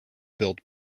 built